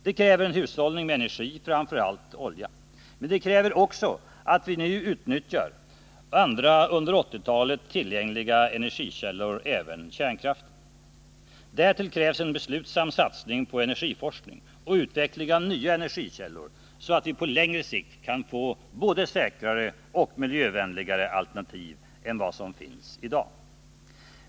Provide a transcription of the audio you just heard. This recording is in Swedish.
Det kräver en hushållning med energi, framför allt olja. Men det kräver också att vi nu utnyttjar andra under 1980-talet tillgängliga energikällor, även kärnkraften. Därtill krävs en beslutsam satsning på energiforskning och utveckling av nya energikällor, så att vi på längre sikt kan få både säkrare och miljövänligare alternativ än vad som finns i dag.